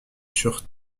sur